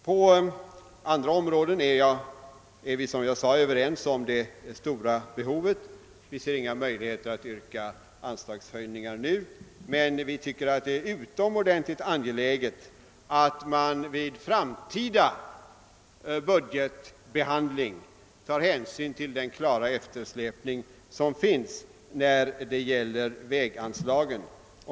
På andra områden är vi, som jag sade, överens om det stora behovet. Vi ser emellertid inga möjligheter att yrka anslagshöjningar, men vi tycker att det är utomordentligt angeläget att man vid framtida budgetbehandling tar hänsyn till den klara eftersläpning som finns i fråga om väganslagen.